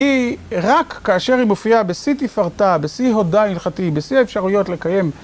היא רק כאשר היא מופיעה בשיא תפארתה, בשיא הודאה הלכתי, בשיא האפשרויות לקיים.